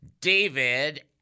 David